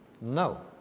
No